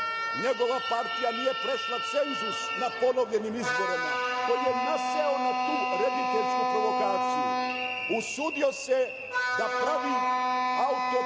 njegova partija nije prošla cenzus na ponovljenim izborima, koji je naseo na tu rediteljsku provokaciju. Usudio se da pravi autoputeve